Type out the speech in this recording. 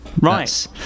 Right